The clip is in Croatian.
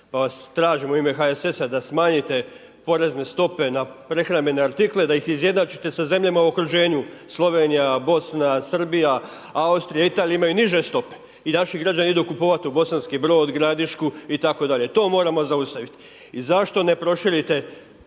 pa vas tražimo u ime HSS-a da smanjite porezne stope na prehrambene artikle, da ih izjednačite sa zemljama u okruženju. Slovenija, Bodna, Srbija, Austrija, Italija, imaju niže stope. I naši građani idu kupovati Bosanski Brod, Gradišku itd. To moramo zaustaviti. I zašto ne proširite